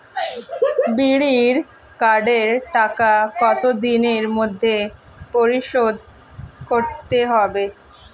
বিড়ির কার্ডের টাকা কত দিনের মধ্যে পরিশোধ করতে হবে?